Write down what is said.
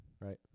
right